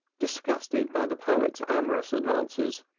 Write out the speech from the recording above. disgusted by the poet's amorous advances